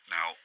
Now